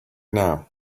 now